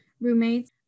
roommates